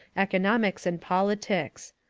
economics, and politics.